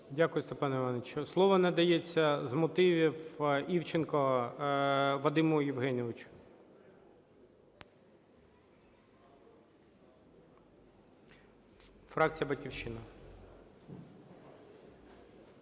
Дякую, Степан Іванович. Слово надається з мотивів Івченко Вадиму Євгеновичу, фракція "Батьківщина".